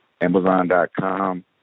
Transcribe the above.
Amazon.com